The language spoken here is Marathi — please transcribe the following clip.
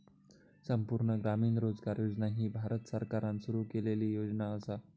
संपूर्ण ग्रामीण रोजगार योजना ही भारत सरकारान सुरू केलेली योजना असा